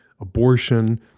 abortion